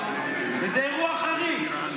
וזה אירוע חריג,